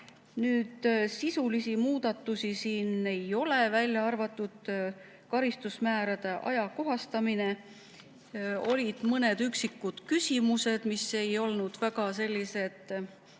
aega. Sisulisi muudatusi siin ei ole, välja arvatud karistusmäärade ajakohastamine. Olid mõned üksikud küsimused, mis ei olnud väga, ütleme,